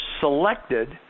selected